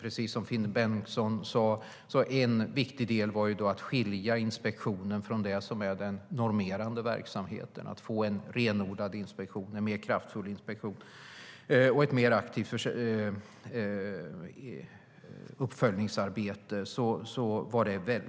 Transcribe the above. Precis som Finn Bengtsson sade var det en viktig del att skilja inspektionen från det som är den normerande verksamheten och få en renodlad och mer kraftfull inspektion och ett mer aktivt uppföljningsarbete.